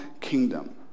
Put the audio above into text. kingdom